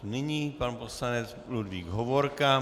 Nyní pan poslanec Ludvík Hovorka.